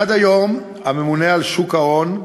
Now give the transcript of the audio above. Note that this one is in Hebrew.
עד היום הממונה על שוק ההון,